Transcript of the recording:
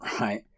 right